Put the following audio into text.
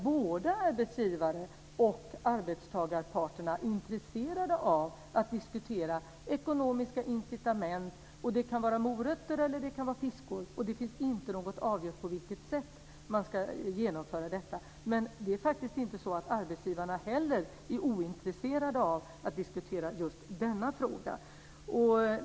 Både arbetsgivare och arbetstagarparterna är intresserade av att diskutera ekonomiska incitament. Det kan vara morötter, eller det kan vara piskor. Det är inte avgjort på vilket sätt man ska genomföra detta. Men arbetsgivarna är faktiskt inte ointresserade av att diskutera just denna fråga.